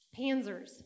Panzers